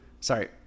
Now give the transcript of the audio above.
sorry